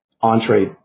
entree